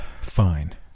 Fine